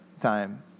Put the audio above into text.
time